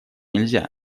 нельзя